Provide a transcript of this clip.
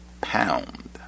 pound